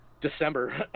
december